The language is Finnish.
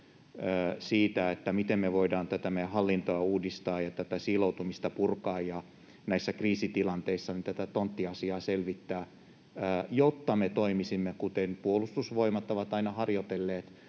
siitä, miten me voidaan tätä meidän hallintoa uudistaa ja tätä siiloutumista purkaa ja näissä kriisitilanteissa tätä tonttiasiaa selvittää, jotta me toimisimme, kuten Puolustusvoimat on aina harjoitellut,